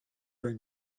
bring